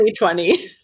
2020